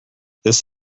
this